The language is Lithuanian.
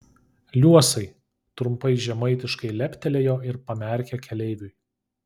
liuosai trumpai žemaitiškai leptelėjo ir pamerkė keleiviui